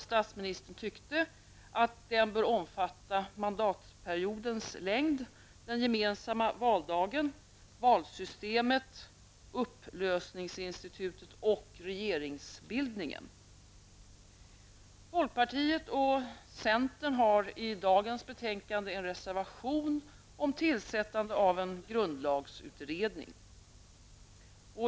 Statsministern tyckte att den bör omfatta mandatperiodens längd, den gemensamma valdagen, valsystemet, upplösningsinstitutet och regeringsbildningen. Folkpartiet och centern har i dagens betänkande en reservation om tillsättande av en grundlagsutredning.